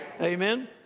Amen